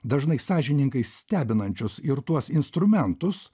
dažnai sąžiningai stebinančius ir tuos instrumentus